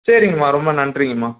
சரிங்கம்மா ரொம்ப நன்றிங்கம்மா